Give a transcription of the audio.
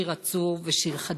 שירה צור ושיר חג'אג'.